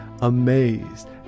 amazed